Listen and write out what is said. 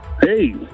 Hey